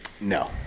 no